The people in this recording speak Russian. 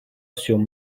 всем